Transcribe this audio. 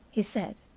he said.